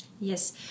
Yes